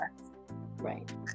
right